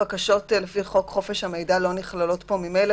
בקשות לפי חוק חופש המידע לא נכללות פה ממילא,